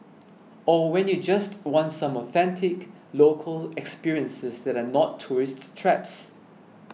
or when you just want some authentic local experiences that are not tourist traps